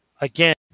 again